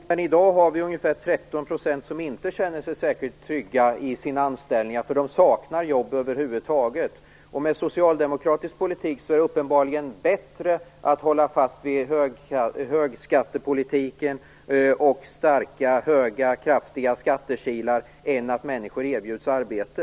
Fru talman! I dag har vi ungefär 13 % som inte känner sig särskilt trygga i sina anställningar, för de saknar jobb över huvud taget. Den socialdemokratiska politiken säger uppenbarligen att det är bättre att hålla fast vid högskattepolitiken och starka, höga, kraftiga skattekilar än att människor erbjuds arbete.